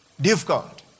Difficult